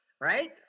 right